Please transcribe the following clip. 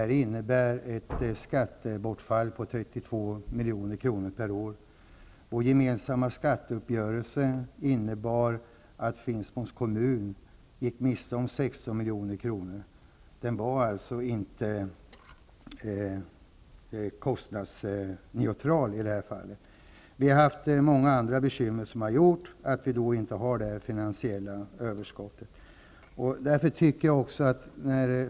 Det innebär ett skattebortfall om 32 milj.kr. per år. Vår gemensamma skatteuppgörelse innebar att Finspångs kommun gick miste om 16 milj.kr. Den var alltså inte kostnadsneutral i det här fallet. Många andra bekymmer har också bidragit till att vi inte har något finansiellt överskott.